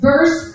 Verse